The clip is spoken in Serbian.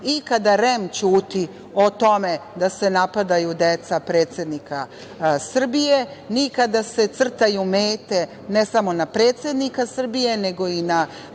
i kada REM ćuti o tome da se napadaju deca predsednika Srbije, ni kada se crtaju mete ne samo na predsednika Srbije, nego i na